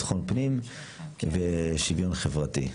ביטחון פנים ושוויון חברתי.